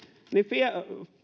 niin